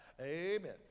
Amen